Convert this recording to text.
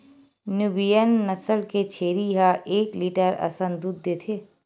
Nubian नसल के छेरी ह एक लीटर असन दूद देथे